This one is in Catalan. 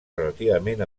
relativament